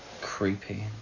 creepy